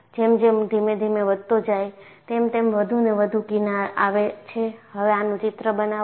જેમ જેમ લોડ ધીમે ધીમે વધતો જાય છે તેમ તમે વધુ ને વધુ કિનાર આવે છે હવે આનું ચિત્ર બનાવો